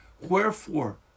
wherefore